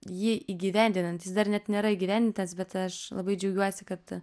jį įgyvendinant jis dar net nėra įgyvendintas bet aš labai džiaugiuosi kad